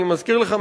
אני מזכיר לך,